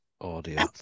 audio